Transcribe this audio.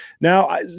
now